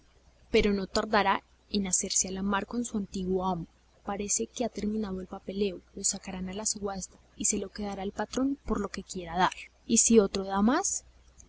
pero no tardará en hacerse a la mar con su antiguo amo parece que ha terminado el papeleo lo sacarán a subasta y se lo quedará el patrón por lo que quiera dar y si otro da más